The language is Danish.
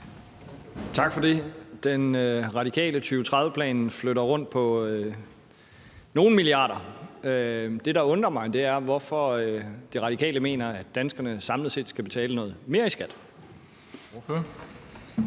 Tak for det. Den radikale 2030-plan flytter rundt på nogle milliarder kroner. Det, der undrer mig, er, hvorfor De Radikale mener, at danskerne samlet set skal betale noget mere i skat.